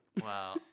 Wow